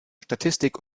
statistik